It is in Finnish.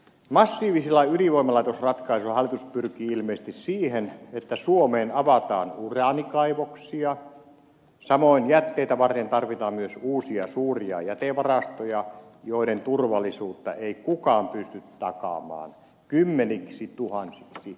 massiivisilla ydinvoimalaitosratkaisuilla hallitus pyrkii ilmeisesti siihen että suomeen avataan uraanikaivoksia samoin jätteitä varten tarvitaan myös uusia suuria jätevarastoja joiden turvallisuutta ei kukaan pysty takaamaan kymmeniksituhansiksi vuosiksi